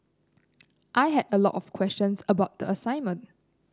I had a lot of questions about the assignment